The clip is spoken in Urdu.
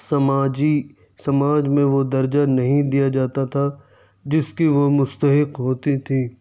سماجی سماج میں وہ درجہ نہیں دیا جاتا تھا جس کی وہ مستحق ہوتیں تھی